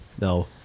No